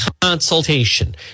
consultation